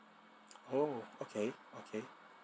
oh okay okay